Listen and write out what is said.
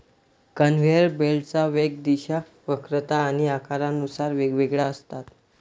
conveyor बेल्टच्या वेग, दिशा, वक्रता आणि आकारानुसार वेगवेगळ्या असतात